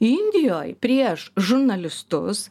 indijoj prieš žurnalistus